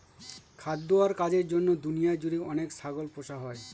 খাদ্য আর কাজের জন্য দুনিয়া জুড়ে অনেক ছাগল পোষা হয়